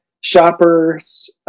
shoppers